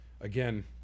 again